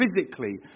physically